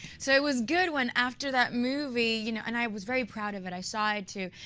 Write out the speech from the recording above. so it was good when after that movie you know and i was very proud of it. i saw it too.